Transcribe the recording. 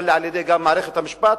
אבל גם על-ידי מערכת המשפט,